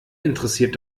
interessiert